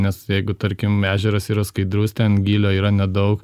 nes jeigu tarkim ežeras yra skaidrus ten gylio yra nedaug